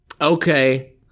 Okay